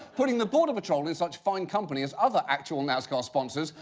putting the border patrol in such fine company as other actual nascar sponsors,